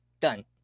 Done